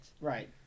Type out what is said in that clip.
Right